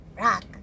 Rock